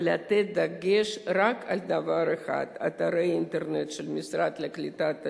ולתת דגש רק על דבר אחד: אתר האינטרנט של המשרד לקליטת העלייה,